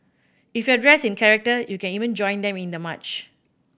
if you're dressed in character you can even join them in the march